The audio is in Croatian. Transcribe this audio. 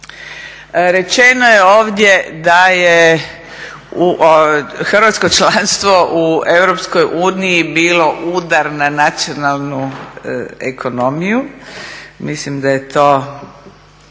Rečeno je ovdje da je Hrvatsko članstvo u EU bilo udar na nacionalnu ekonomiju. Mislim da je to,